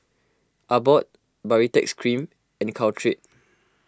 Abbott Baritex Cream and Caltrate